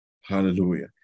Hallelujah